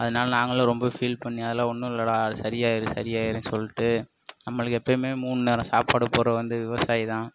அதனால் நாங்களும் ரொம்ப ஃபீல் பண்ணி அதெல்லாம் ஒன்றும் இல்லைடா அது சரி ஆகிடும் சரி ஆகிடுன்னு சொல்லிட்டு நம்மளுக்கு எப்போயுமே மூணு நேரம் சாப்பாடு போடுறவர் வந்து விவசாயிதான்